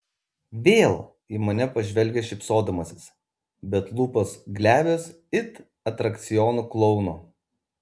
vėl į mane pažvelgia šypsodamasis bet lūpos glebios it atrakcionų klouno